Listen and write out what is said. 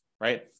right